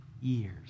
years